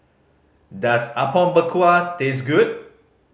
does Apom Berkuah taste good